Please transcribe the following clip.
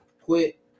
quit